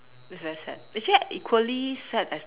it's very sad actually equally sad as